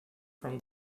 from